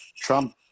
Trump